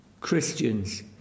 Christians